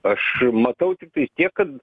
aš matau tiktai tiek kad